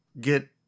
get